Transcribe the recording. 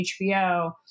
HBO